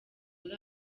muri